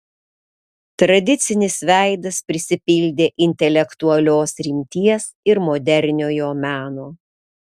tradicinis veidas prisipildė intelektualios rimties ir moderniojo meno